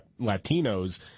Latinos